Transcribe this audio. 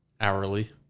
hourly